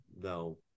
no